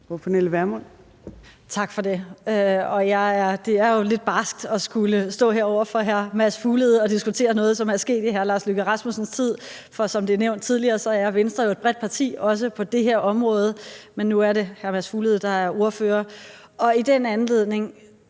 Tak for det. Det er jo lidt barsk at skulle stå her over for hr. Mads Fuglede og diskutere noget, som er sket i hr. Lars Løkke Rasmussens tid, for som det er nævnt tidligere, er Venstre jo et bredt parti, også på det her område, men nu er det hr. Mads Fuglede, der er ordfører. I den anledning